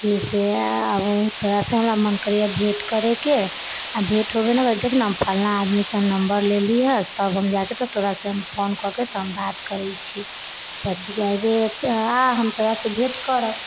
कि ओ से हमरो तोरासँ मन करैए भेँट करैके आओर भेँट हेबै ने देख ने हम फल्लाँ आदमीसँ हम नम्बर लेली हइ तब जाकऽ तोरासँ फोन कऽ कऽ हम बात करै छी तऽ तू अएबै तऽ आ हम तोरासँ भेँट करब